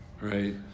Right